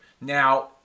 Now